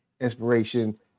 inspiration